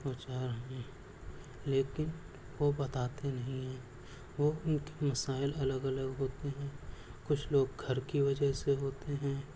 دوچار ہیں لیکن وہ بتاتے نہیں ہیں وہ ان کے مسائل الگ الگ ہوتے ہیں کچھ لوگ گھر کی وجہ سے ہوتے ہیں